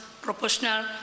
proportional